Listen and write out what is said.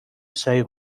save